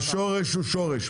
השורש הוא שורש,